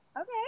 Okay